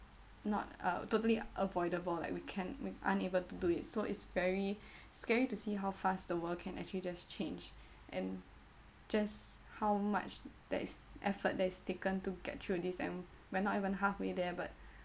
not uh totally avoidable like we can make unable to do it so it's very scary to see how fast the world can actually just change and just how much that is effort that is taken to get through this and we're not even halfway there but